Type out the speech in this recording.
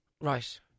Right